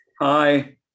Hi